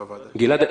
גלעד,